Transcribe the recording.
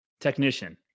technician